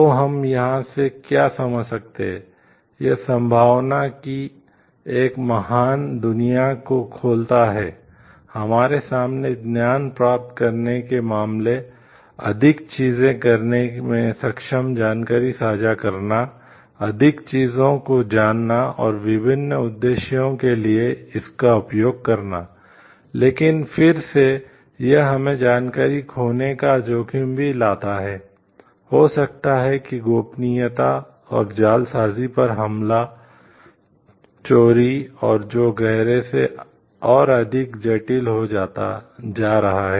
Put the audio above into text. तो हम यहाँ से क्या समझ सकते हैं यह संभावना की एक महान दुनिया को खोलता है हमारे सामने ज्ञान प्राप्त करने के मामले अधिक चीजें करने में सक्षम जानकारी साझा करना अधिक चीजों को जानना और विभिन्न उद्देश्यों के लिए इसका उपयोग करना लेकिन फिर से यह हमें जानकारी खोने का जोखिम भी लाता है हो सकता है कि गोपनीयता और जालसाजी पर हमला चोरी और जो गहरे से और अधिक जटिल होता जा रहा है